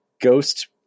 ghost